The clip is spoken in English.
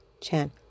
Chan